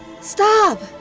stop